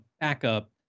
backup